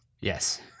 Yes